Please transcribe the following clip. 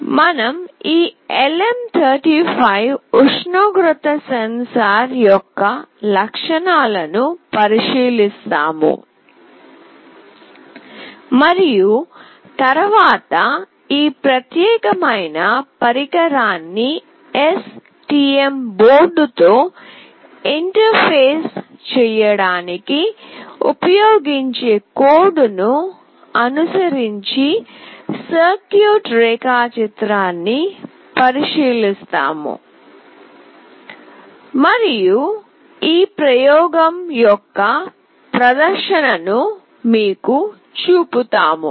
మనం ఈ LM35 ఉష్ణోగ్రత సెన్సార్ యొక్క లక్షణాలను పరిశీలిస్తాము మరియు తరువాత ఈ ప్రత్యేకమైన పరికరాన్ని STM బోర్డ్తో ఇంటర్ఫేస్ చేయడానికి ఉపయోగించే కోడ్ను అనుసరించి సర్క్యూట్ రేఖాచిత్రాన్ని పరిశీలిస్తాము మరియు ఈ ప్రయోగం యొక్క ప్రదర్శనను మీకు చూపుతాము